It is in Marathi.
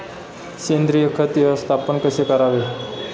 सेंद्रिय खत व्यवस्थापन कसे करावे?